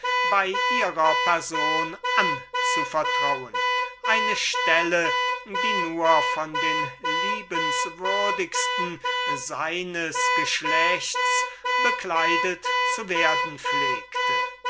bei ihrer person anzuvertrauen eine stelle die nur von den liebenswürdigsten seines geschlechts bekleidet zu werden pflegte